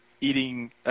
eating